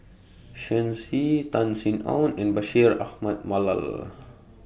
Shen Xi Tan Sin Aun and Bashir Ahmad Mallal